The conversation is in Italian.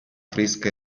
fresca